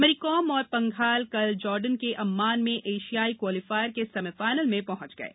मैरीकॉम और पंघाल कल जॉर्डन के अम्मान में एशियाई क्वालीफायर के सेमीफाइनल में पहुंच गये